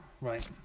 right